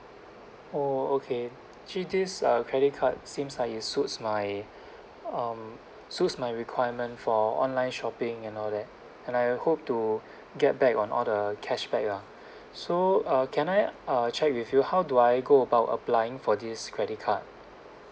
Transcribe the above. oh okay actually this uh credit card seems like it suits my um suits my requirement for online shopping and all that and I hope to get back on all the cashback lah so uh can I uh check with you how do I go about applying for this credit card